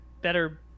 better